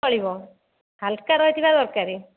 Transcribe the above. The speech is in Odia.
ଚଳିବ ହାଲୁକା ରହିଥିବା ଦରକାର